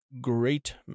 Great